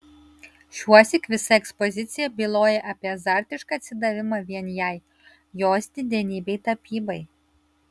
šiuosyk visa ekspozicija byloja apie azartišką atsidavimą vien jai jos didenybei tapybai